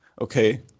okay